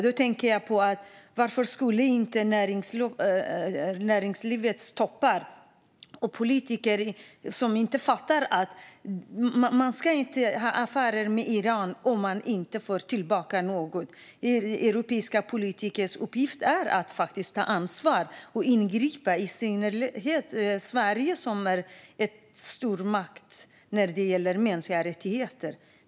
Politiker och näringslivets toppar fattar inte att man inte ska göra affärer med Iran om man inte får något tillbaka. Europeiska politikers uppgift är att faktiskt ta ansvar och ingripa. Det gäller i synnerhet Sverige, som är en stormakt när det gäller mänskliga rättigheter.